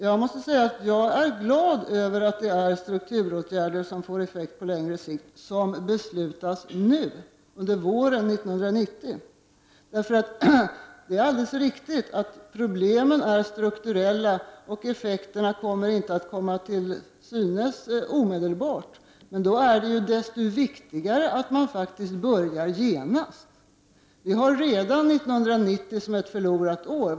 Jag måste säga att jag är glad över att vi nu, under våren 1990, beslutar om strukturåtgärder på sikt. Det är alldeles riktigt att problemen är strukturella och att effekterna inte kommer att bli synliga omedelbart. Men då är det faktiskt desto viktigare att man börjar genast. Vi ser redan på 1990 som ett förlorat år.